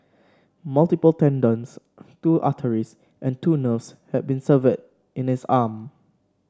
multiple tendons two arteries and two nerves had been severed in his arm